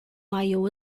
maiô